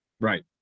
right